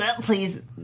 Please